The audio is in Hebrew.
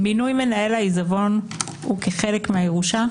מינוי מנהל העיזבון הוא כחלק מהירושה?